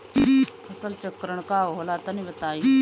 फसल चक्रण का होला तनि बताई?